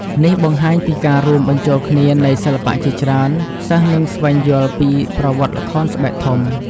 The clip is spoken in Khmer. នេះបង្ហាញពីការរួមបញ្ចូលគ្នានៃសិល្បៈជាច្រើន សិស្សនឹងស្វែងយល់ពីប្រវត្តិល្ខោនស្បែកធំ។